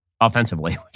offensively